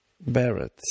Barrett